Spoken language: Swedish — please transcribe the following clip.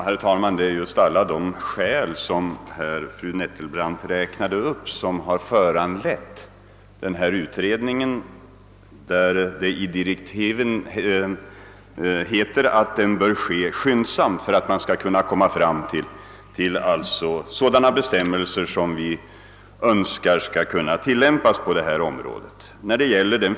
Herr talman! Det är just de skäl fru Nettelbrandt här räknat upp som föranlett tillsättandet av en utredning. Och i den utredningens direktiv står det att utredningen bör ske skyndsamt, så att vi kan komma fram till sådana bestämmelser som vi vill kunna tillämpa på detta område.